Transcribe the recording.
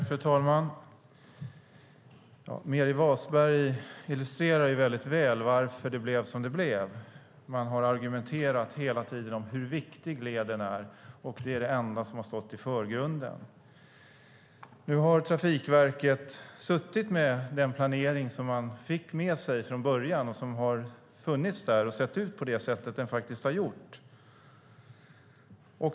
Fru talman! Meeri Wasberg illustrerar väldigt väl varför det blev som det blev. Man har hela tiden argumenterat om hur viktig leden är, och det är det enda som har stått i förgrunden. Trafikverket har suttit med den planering som man fick med sig från början och som har sett ut som den gjort.